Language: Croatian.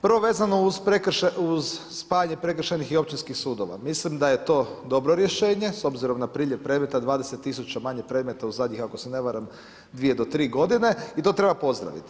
Prvo vezano uz spajanje prekršajnih i općinskih sudova, mislim da je to dobro rješenje s obzirom na priljev predmeta 20 000 manje predmeta u zadnjih ako se ne varam, 2 do 3 godine i to treba pozdraviti.